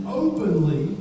openly